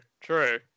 true